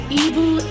evil